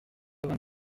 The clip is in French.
vingt